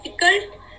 difficult